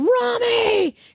Rami